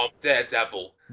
Daredevil